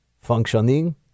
functioning